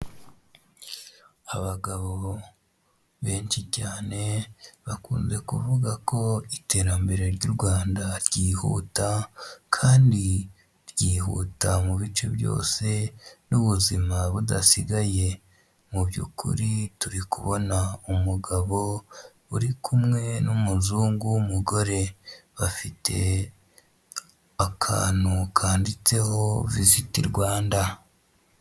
Abagabo benshi cyane bakunze kuvuga ko iterambere ry'u Rwanda ryihuta, kandi ryihuta mu bice byose n'ubuzima budasigaye, mu by'ukuri turi kubona umugabo uri kumwe n'umuzungu w'umugore, bafite akantu kanditseho visiti Rwanda.